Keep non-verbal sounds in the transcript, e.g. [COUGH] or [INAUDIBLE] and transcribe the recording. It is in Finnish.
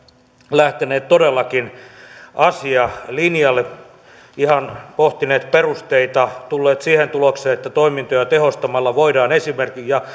lähteneet todellakin asialinjalle ihan pohtineet perusteita ja tulleet siihen tulokseen että toimintoja tehostamalla ja [UNINTELLIGIBLE]